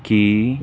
ਕੀ